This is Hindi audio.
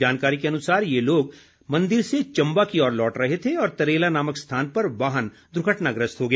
जानकारी के अनुसार ये लोग मंदिर से चम्बा की ओर लौट रहे थे और तरेला नामक स्थान पर वाहन दुर्घटनाग्रस्त हो गया